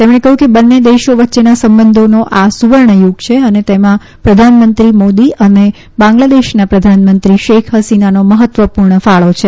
તેમણે કહ્યું કે બંને દેશો વચ્ચેના સંબંંધોનો આ સુવર્ણ યુગ છે અને તેમાં પ્રધાનમંત્રીશ્રી નરેન્દ્ર મોદી અને બાંગ્લાદેશના પ્રધાનમંત્રી શેખ ફસીનાનો મફત્વપૂર્ણ ફાળો છે